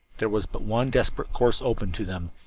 there was but one desperate course open to them,